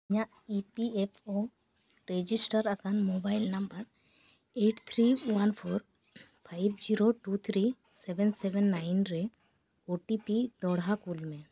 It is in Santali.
ᱤᱧᱟᱹᱜ E P F O register ᱟᱠᱟᱱ mobile number eight three one four five zero two three seven seven nine ᱨᱮ ᱳ ᱴᱤ ᱯᱤ ᱫᱚᱲᱦᱟ ᱠᱳᱞᱢᱮ